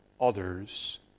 others